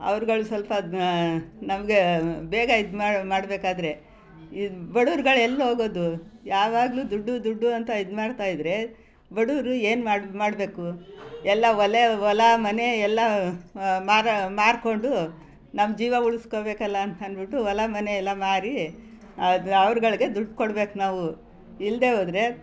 ಅವ್ರುಗಳ್ ಸ್ವಲ್ಪ ನಮಗೆ ಬೇಗ ಇದು ಮಾಡು ಮಾಡಬೇಕಾದ್ರೆ ಇದು ಬಡವ್ರುಗಳ್ ಎಲ್ಲಿ ಹೋಗೋದು ಯಾವಾಗಲೂ ದುಡ್ಡು ದುಡ್ಡು ಅಂತ ಇದು ಮಾಡ್ತಾ ಇದ್ದರೆ ಬಡವರು ಏನು ಮಾಡು ಮಾಡಬೇಕು ಎಲ್ಲ ವಲೆ ಹೊಲ ಮನೆ ಎಲ್ಲ ಮಾರು ಮಾರಿಕೊಂಡು ನಮ್ಮ ಜೀವ ಉಳಿಸ್ಕೋಬೇಕಲ್ಲ ಅಂತನ್ಬಿಟ್ಟು ಹೊಲ ಮನೆ ಎಲ್ಲ ಮಾರಿ ಅದು ಅವ್ರುಗಳ್ಗೆ ದುಡ್ಡು ಕೊಡ್ಬೇಕು ನಾವು ಇಲ್ಲದೇ ಹೋದ್ರೆ